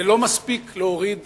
זה לא מספיק להוריד